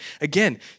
Again